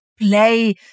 play